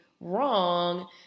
wrong